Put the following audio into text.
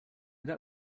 that